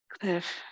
cliff